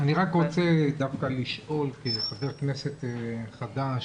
אני רק רוצה לשאול כחבר כנסת חדש,